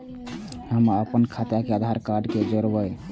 हम अपन खाता के आधार कार्ड के जोरैब?